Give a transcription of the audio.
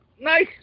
Nice